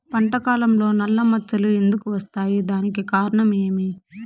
పంట కాలంలో నల్ల మచ్చలు ఎందుకు వస్తాయి? దానికి కారణం ఏమి?